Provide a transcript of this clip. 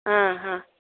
ಹಾಂ ಹಾಂ